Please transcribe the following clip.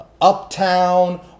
Uptown